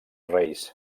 reis